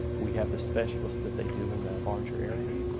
we have the specialists that they do in the larger areas,